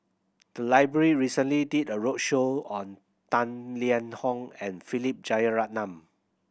the library recently did a roadshow on Tang Liang Hong and Philip Jeyaretnam